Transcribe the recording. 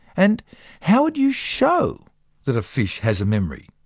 and how would you show that a fish has a memory?